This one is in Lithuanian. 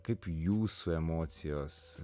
kaip jūsų emocijos